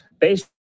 Based